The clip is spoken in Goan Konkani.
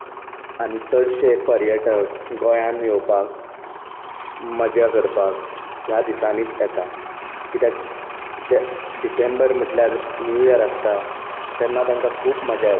आनी चडशे पर्यटक गोंयांत येवपाक मजा करपाक ह्या दिसांनीच येतात कित्याक जे डिसेंबर म्हटल्यार न्यू इयर आसता तेन्ना तांकां खूब मजा येता